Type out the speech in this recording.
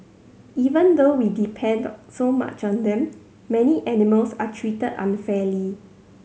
even though we depend so much on them many animals are treated unfairly